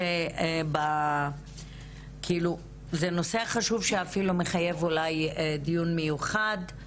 שאפילו מחייב אולי דיון מיוחד.